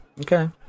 Okay